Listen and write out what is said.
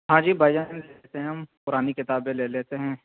ہاں جی بھائی جان لے لیتے ہیں ہم پرانی کتابیں لے لیتے ہیں